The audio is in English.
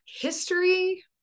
history